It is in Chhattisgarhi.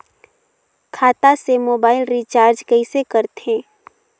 खाता से मोबाइल रिचार्ज कइसे करथे